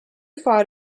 fought